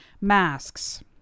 Masks